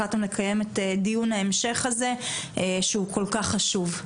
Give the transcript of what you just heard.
החלטנו לקיים את דיון ההמשך הזה שהוא כל כך חשוב.